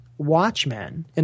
Watchmen